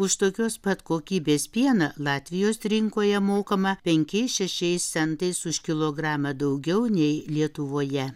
už tokios pat kokybės pieną latvijos rinkoje mokama penkiais šešiais centais už kilogramą daugiau nei lietuvoje